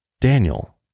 Daniel